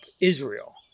Israel